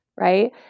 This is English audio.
Right